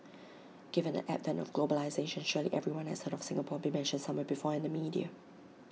given the advent of globalisation surely everyone has heard of Singapore being mentioned somewhere before in the media